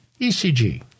ECG